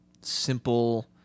simple